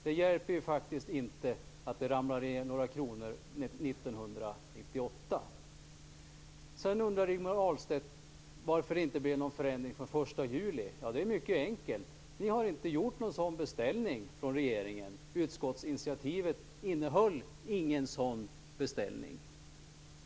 Det hjälper inte att det ramlar ned några kronor 1998. Rigmor Ahlstedt undrade varför det inte blev någon förändring från den 1 juli. Svaret är mycket enkelt: Ni har inte gjort någon sådan beställning från regeringen. Utskottsinitiativet innehöll ingen sådan beställning.